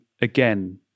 again